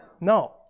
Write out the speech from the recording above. No